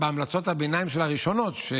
בהמלצות הביניים הראשונות שלה,